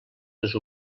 les